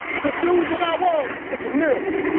the dude that i was, it's a miracle.